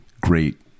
great